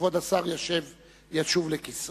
כבוד השר ישוב לכיסאו,